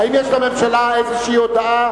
האם לממשלה יש איזו הודעה,